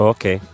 Okay